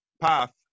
path